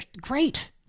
Great